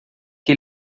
que